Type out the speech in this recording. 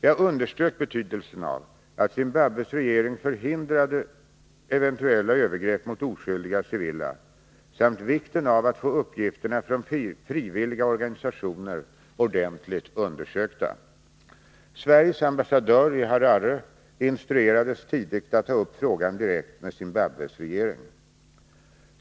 Jag underströk betydelsen av att Zimbabwes regering förhindrade eventuella övergrepp mot oskyldiga civila samt vikten av att få uppgifterna från frivilliga organisationer ordentligt undersökta. Sveriges ambassadör i Harare instruerades tidigt att ta upp frågan direkt med Zimbabwes regering.